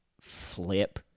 flip